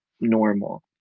normal